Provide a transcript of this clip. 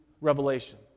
Revelation